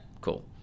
cool